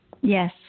Yes